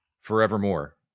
forevermore